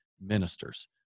ministers